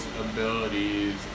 abilities